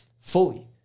fully